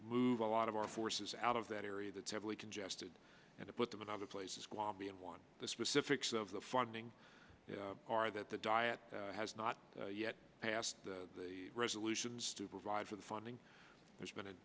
move a lot of our forces out of that area that's heavily congested and to put them in other places while being one the specifics of the funding are that the diet has not yet passed resolutions to provide for the funding there's been a